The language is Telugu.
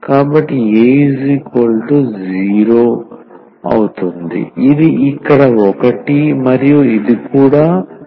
కాబట్టి a0 ఇది ఇక్కడ 1 మరియు ఇది కూడా 1